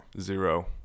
Zero